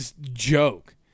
joke